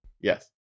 Yes